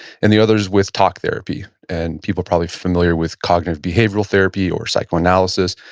and the other is with talk therapy, and people are probably familiar with cognitive behavioral therapy, or psychoanalysis.